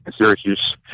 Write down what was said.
Syracuse